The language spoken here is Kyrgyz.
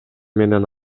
менен